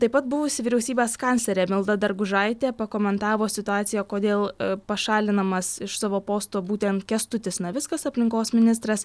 taip pat buvusi vyriausybės kanclerė milda dargužaitė pakomentavo situaciją kodėl pašalinamas iš savo posto būtent kęstutis navickas aplinkos ministras